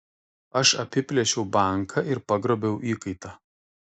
aš apiplėšiau banką ir pagrobiau įkaitą